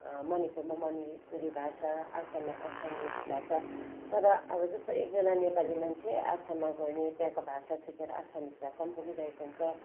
मणिपुरमा मणिपुरी भाषा आसाममा आसामिस भाषा तर अब जस्तै एकजना नेपाली मान्छे आसाममा गयो भने त्यहाँको भाषा सिकेर आसामिस भाषा पनि बोलिरहेको हुन्छ